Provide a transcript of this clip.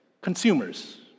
Consumers